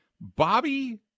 Bobby